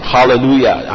Hallelujah